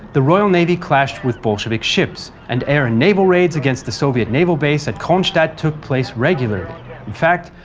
the royal navy clashed regularly with bolshevik ships, and air and naval raids against the soviet naval base at kronstadt took place regularly in fact,